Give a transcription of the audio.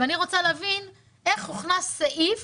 אז אני רוצה להבין איך הוכנס סעיף